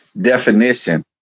definition